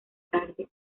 tarde